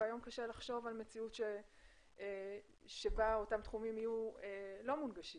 והיום קשה לחשוב על מציאות שבה אותם תחומים יהיו לא מונגשים